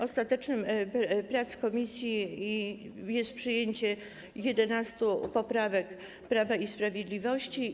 Ostatecznym efektem prac komisji jest przyjęcie 11 poprawek Prawa i Sprawiedliwości.